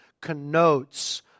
connotes